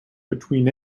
between